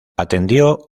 atendió